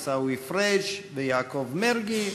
עיסאווי פריג' ויעקב מרגי,